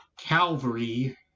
Calvary